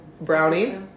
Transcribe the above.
brownie